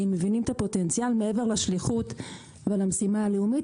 מעבר לשליחות ולמשימה הלאומית,